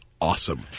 awesome